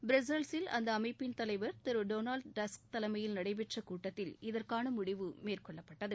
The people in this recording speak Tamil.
பிரஸ்ஸல்ஸில் அந்த அமைப்பின் தலைவர் திரு டொனால்டு டஸ்க் தலைமையில் நடைபெற்ற கூட்டத்தில் இதற்கான முடிவு மேற்கொள்ளப்பட்டது